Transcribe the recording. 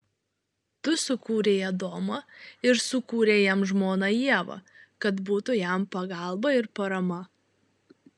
tu sukūrei adomą ir sukūrei jam žmoną ievą kad būtų jam pagalba ir parama